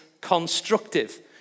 constructive